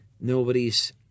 Nobody's